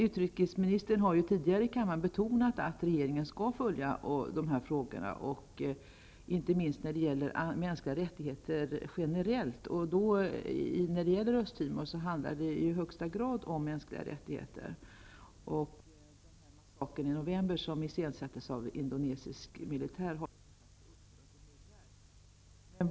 Utrikesministern har tidigare här i kammaren betonat att regeringen skall följa dessa frågor, inte minst när det gäller mänskliga rättigheter generellt. I Östtimor handlar det ju i allra högsta grad om mänskliga rättigheter. Den massaker som den indonesiska militären iscensatte i november förra året var väldigt upprörande.